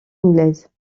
anglaise